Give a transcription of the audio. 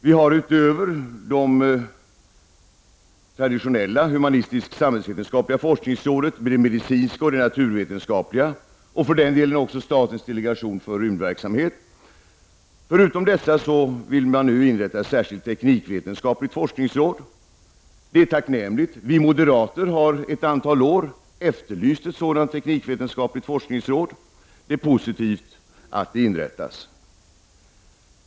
Vi har utöver de traditionella humanistiska och samhällsvetenskapliga forskningsråden de medicinska och de naturvetenskapliga och för den delen också statens delegation för rymdverksamhet. Förutom dessa vill man nu inrätta ett särskilt teknikvetenskapligt forskningsråd. Det är tacknämligt. Vi moderater har ett antal år efterlyst ett sådant teknikvetenskapligt forskningsråd, och det är positivt att ett sådant inrättas.